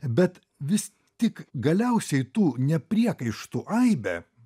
bet vis tik galiausiai tų ne priekaištų aibę